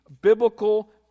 Biblical